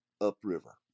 upriver